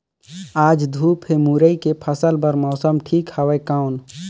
आज धूप हे मुरई के फसल बार मौसम ठीक हवय कौन?